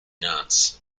nuts